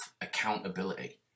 accountability